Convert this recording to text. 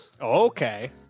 Okay